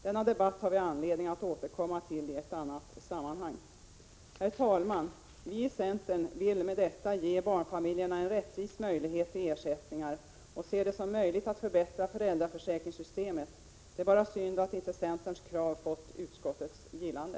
Denna debatt har vi anledning att återkomma till i ett annat sammanhang. Herr talman! Vi i centern vill ge barnfamiljerna en rättvis möjlighet till ersättningar, och vi anser att det är möjligt att förbättra föräldraförsäkringssystemet. Det är bara synd att inte centerns krav vunnit utskottets gillande.